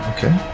Okay